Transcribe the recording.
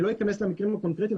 לא אכנס למקרים הקונקרטיים,